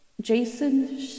Jason